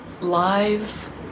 live